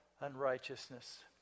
unrighteousness